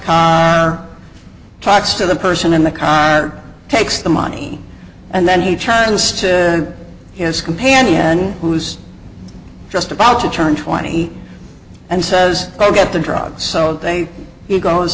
or talks to the person in the car takes the money and then you chance to his companion who's just about to turn twenty and says oh get the drugs so they he goes